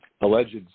Alleged